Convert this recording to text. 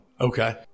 Okay